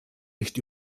nicht